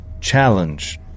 challenge